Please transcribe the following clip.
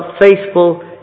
faithful